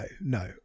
no